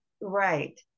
Right